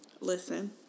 Listen